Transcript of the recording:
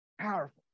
Powerful